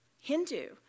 Hindu